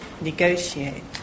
negotiate